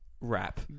rap